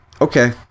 okay